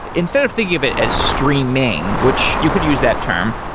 instead of thinking of it as streaming, which you could use that term,